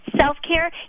self-care